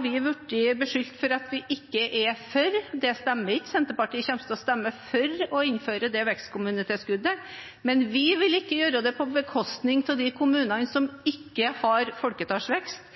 blitt beskyldt for at vi ikke er for vekstkommunetilskuddet. Det stemmer ikke, Senterpartiet kommer til å stemme for å innføre vekstkommunetilskuddet. Men vi vil ikke gjøre det på bekostning av de kommunene som ikke har folketallsvekst,